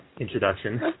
introduction